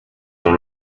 dans